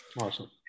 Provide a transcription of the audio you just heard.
Awesome